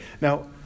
Now